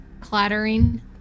clattering